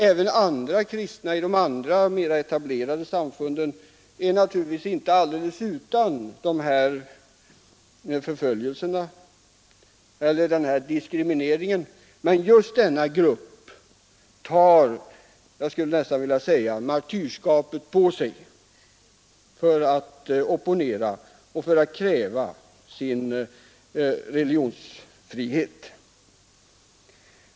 Även andra kristna i de andra mera etablerade samfunden är naturligtvis inte helt utan dessa förföljelser eller denna diskriminering, men just denna grupp tar, skulle jag nästan vilja säga, martyrskapet på sig för att opponera och för att kräva sin religionsfrihet.